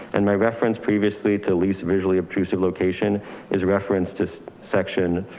and my reference previously to lease visually obtrusive location is referenced to section.